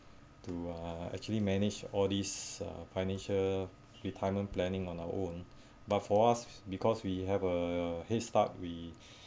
to uh actually manage all these uh financial retirement planning on our own but for us because we have a head start we